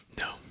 No